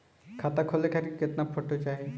खाता खोले खातिर केतना फोटो चाहीं?